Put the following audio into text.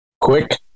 Quick